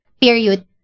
period